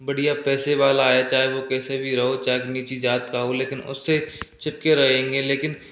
और बढ़िया पैसे वाला है चाहे वह कैसे भी रहो चाहे नीची जात का हो लेकिन उससे चिपके रहेंगे लेकिन